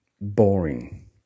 boring